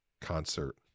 concert